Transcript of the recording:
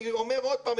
אני אומר עוד פעם,